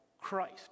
Christ